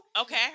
Okay